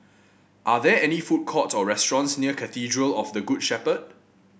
are there any food courts or restaurants near Cathedral of the Good Shepherd